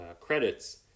credits